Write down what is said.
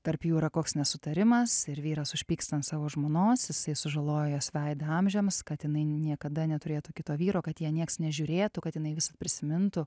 tarp jų yra koks nesutarimas ir vyras užpyksta ant savo žmonos jisai sužaloja jos veidą amžiams kad jinai niekada neturėtų kito vyro kad į ją nieks nežiūrėtų kad jinai vidsad prisimintų